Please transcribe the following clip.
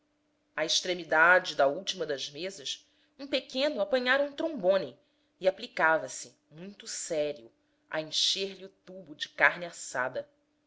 à extremidade da última das mesas um pequeno apanhara um trombone e aplicava se muito sério a encher-lhe o tubo de carne assada